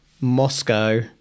Moscow